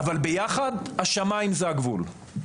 אבל ביחד השמים זה הגבול.